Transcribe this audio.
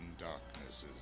darknesses